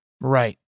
Right